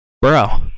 bro